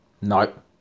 Nope